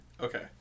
Okay